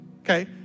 Okay